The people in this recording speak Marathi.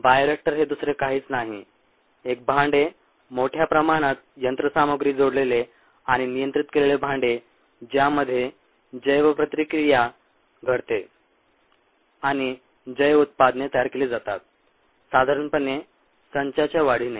बायोरिएक्टर हे दुसरे काहीच नाही एक भांडे मोठ्या प्रमाणात यंत्रसामुग्री जोडलेले आणि नियंत्रित केलेले भांडे ज्यामध्ये जैव प्रतिक्रिया घडते आणि जैव उत्पादने तयार केली जातात साधारणपणे संचाच्या वाढीने